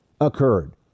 occurred